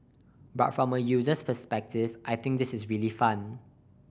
but from a user's perspective I think this is really fun